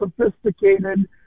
sophisticated